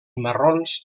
marrons